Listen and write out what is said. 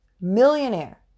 Millionaire